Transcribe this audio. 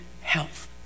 health